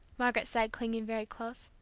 margaret said, clinging very close.